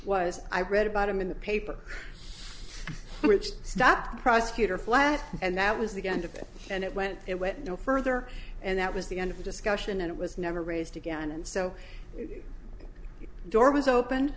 was i read about him in the paper which stopped the prosecutor flat and that was the end of it and it went it went no further and that was the end of the discussion and it was never raised again and so door was open